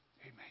Amen